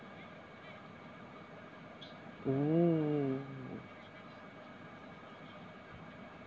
ooh